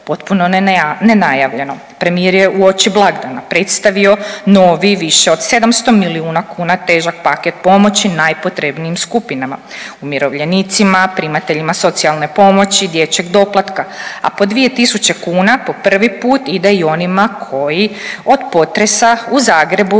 potpuno nenajavljeno premijer je uoči blagdana predstavio novi više od 700 milijuna kuna težak paket pomoći najpotrebnijim skupinama umirovljenicima, primateljima socijalne pomoći, dječjeg doplatka, a po 2000 kuna po prvi put ide i onima koji od potresa u Zagrebu